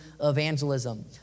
evangelism